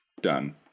done